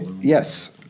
yes